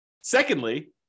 secondly